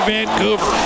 Vancouver